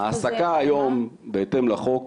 העסקה היום בהתאם לחוק,